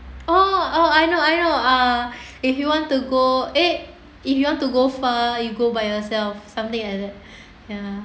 oh I know I know err if you want to go eh if you want to go far you go by yourself something like that ya